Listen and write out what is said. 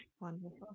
wonderful